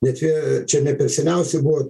ne čia čia ne per seniausiai buvo